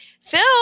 phil